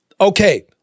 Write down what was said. okay